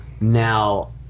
now